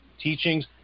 teachings